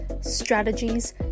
strategies